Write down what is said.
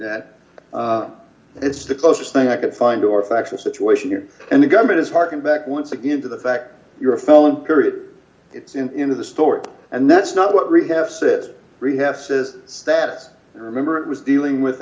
that it's the closest thing i could find or factual situation here and the government is harking back once again to the fact you're a felon period it's in into the story and that's not what we have sit three have says status remember it was dealing with